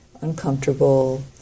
uncomfortable